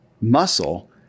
muscle